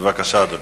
בבקשה, אדוני.